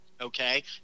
Okay